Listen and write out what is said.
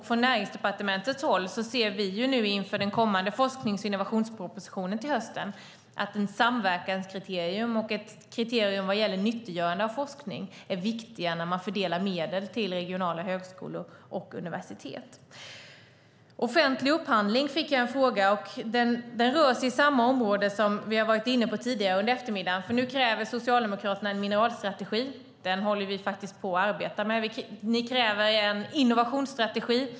Från Näringsdepartementets håll ser vi nu inför den kommande forsknings och innovationspropositionen till hösten att ett samverkanskriterium och ett kriterium vad gäller nyttiggörande av forskning är viktiga när man fördelar medel till regionala högskolor och universitet. Jag fick en fråga om offentlig upphandling. Den rör sig i samma område som vi har varit inne på tidigare under eftermiddagen. Nu kräver Socialdemokraterna en mineralstrategi. Den håller vi på att arbeta med. Ni kräver en innovationsstrategi.